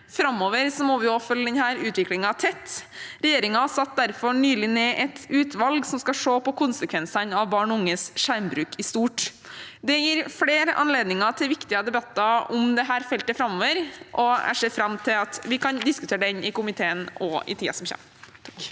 Framover må vi følge denne utviklingen tett. Regjeringen satte derfor nylig ned et utvalg som skal se på konsekvensene av barn og unges skjermbruk i stort. Det gir flere anledninger til viktige debatter om dette feltet framover, og jeg ser fram til at vi kan diskutere det i komiteen også i tiden som kommer.